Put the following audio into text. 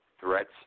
threats